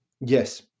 Yes